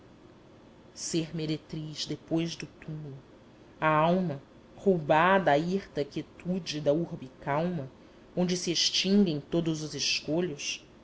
ser meretriz depois do túmulo a alma roubada a hirta quietude da urbe calma onde se extinguem todos os escolhos